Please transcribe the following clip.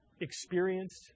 experienced